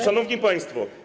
Szanowni Państwo!